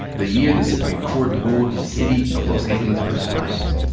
the year the supreme court ruled in city of los angeles versus lyons.